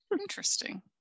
Interesting